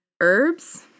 herbs